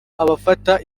abafata